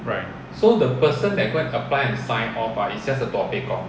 right